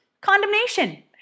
condemnation